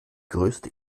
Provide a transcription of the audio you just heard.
größte